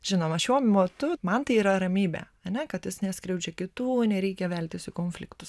žinoma šiuo motu man tai yra ramybė ane kad jis neskriaudžia kitų nereikia veltis į konfliktus